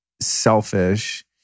selfish